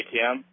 ATM